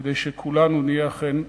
כדי שכולנו נהיה אכן אחים.